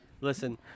listen